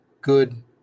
good